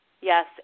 Yes